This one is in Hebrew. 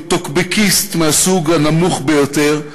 הוא טוקבקיסט מהסוג הנמוך ביותר.